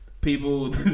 People